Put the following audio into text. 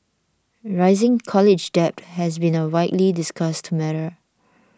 rising college debt has been a widely discussed matter